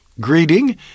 greeting